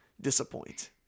disappoint